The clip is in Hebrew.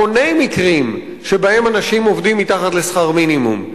המוני מקרים שבהם אנשים עובדים בשכר מתחת לשכר המינימום.